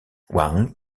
wang